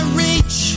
reach